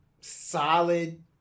solid